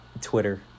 Twitter